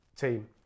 team